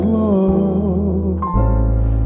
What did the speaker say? love